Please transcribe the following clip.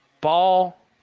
Ball